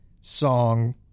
song